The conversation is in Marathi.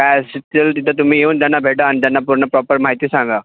काय तिथे तुम्ही येऊन त्यांना भेटा आणि त्यांना पूर्ण प्रॉपर माहिती सांगा